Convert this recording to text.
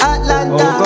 Atlanta